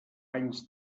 anys